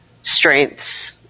strengths